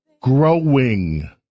growing